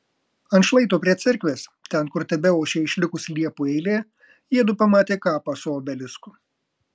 ant šlaito prie cerkvės ten kur tebeošė išlikusi liepų eilė jiedu pamatė kapą su obelisku